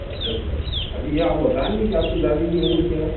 اچھا اچھا ابھی یہ آپ بتائیں گے کہ آپ کی دادی کی عمر کیا ہے